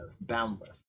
Boundless